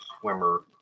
swimmer